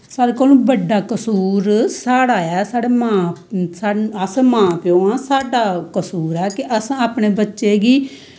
सारें कोंलूं बड्डा कसूर साढ़ा ऐ साढ़े मां अस मां प्यो आं साढ़ा कसूर ऐ कि अस अपने बच्चे गी